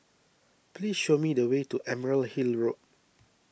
please show me the way to Emerald Hill Road